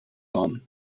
waren